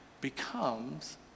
becomes